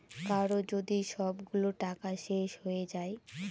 কারো যদি সবগুলো টাকা শেষ হয়ে যায়